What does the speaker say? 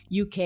UK